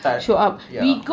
tak ya